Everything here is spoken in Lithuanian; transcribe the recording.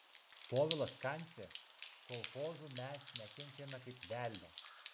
povilas kancė kolchozų mes nekenčiame kaip velnio